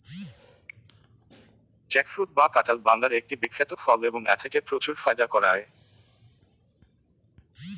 jackfruit বা কাঁঠাল বাংলার একটি বিখ্যাত ফল এবং এথেকে প্রচুর ফায়দা করা য়ায়